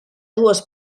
dues